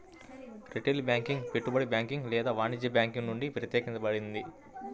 retail banking పెట్టుబడి banking లేదా వాణిజ్య బ్యాంకింగ్ నుండి ప్రత్యేకించబడింది